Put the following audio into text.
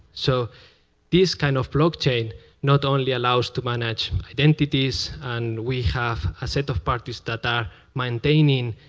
so this kind of blockchain not only allows to manage identities and we have a set of partners that are maintaining,